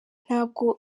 ntabwo